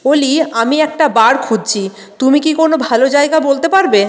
ওলি আমি একটা বার খুঁজছি তুমি কি কোনও ভালো জায়গা বলতে পারবে